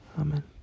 amen